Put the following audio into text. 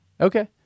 okay